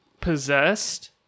possessed